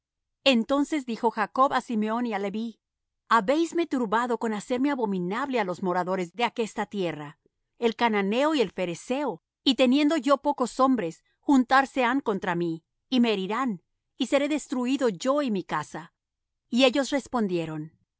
entonces dijo jacob á simeón y á leví habéisme turbado con hacerme abominable á los moradores de aquesta tierra el cananeo y el pherezeo y teniendo yo pocos hombres juntarse han contra mí y me herirán y seré destruido yo y mi casa y ellos respondieron